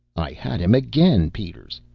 i had him again, peters!